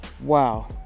wow